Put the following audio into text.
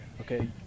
okay